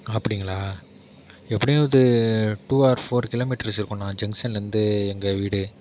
அப்படிங்களா எப்படியும் அது டூ ஆர் ஃபோர் கிலோமீட்டர்ஸ் இருக்குண்ணா ஜங்ஷன்லேருந்து எங்கள் வீடு